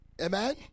Amen